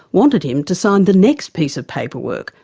wanted him to sign the next piece of paperwork,